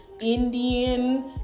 Indian